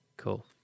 cool